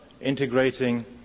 integrating